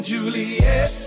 Juliet